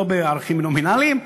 לא בערכים נומינליים?